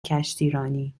کشتیرانی